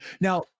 now